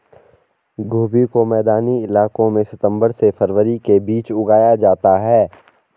गोभी को मैदानी इलाकों में सितम्बर से फरवरी के बीच उगाया जाता है